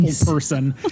person